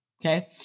Okay